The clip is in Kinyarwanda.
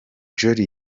jolly